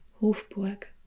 Hofburg